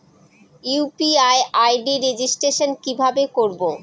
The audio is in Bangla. ইউ.পি.আই আই.ডি রেজিস্ট্রেশন কিভাবে করব?